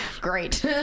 Great